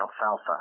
alfalfa